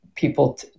People